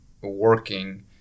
working